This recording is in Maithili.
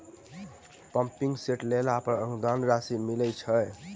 पम्पिंग सेट लेला पर अनुदान राशि मिलय छैय?